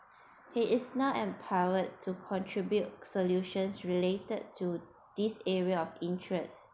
he is not empowered to contribute solutions related to this area of interest